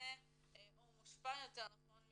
מותנה או מושפע יותר נכון,